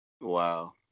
Wow